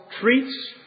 treats